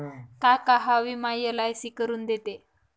काका हा विमा एल.आय.सी करून देते